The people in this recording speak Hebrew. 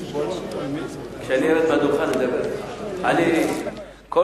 מה הצבעת בעניין, כשאני ארד מהדוכן אני אדבר אתך.